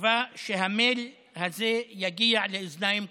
בתקווה שהמייל הזה יגיע לאוזניים קשובות.